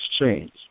exchange